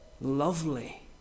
lovely